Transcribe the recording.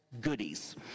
goodies